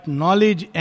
knowledge